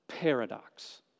paradox